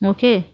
Okay